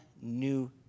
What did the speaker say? new